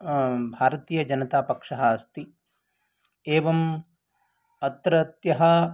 भारतीयजनतापक्षः अस्ति एवम् अत्रत्यः